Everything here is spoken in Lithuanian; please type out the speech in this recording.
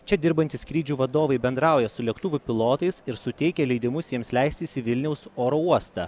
čia dirbantys skrydžių vadovai bendrauja su lėktuvų pilotais ir suteikia leidimus jiems leistis į vilniaus oro uostą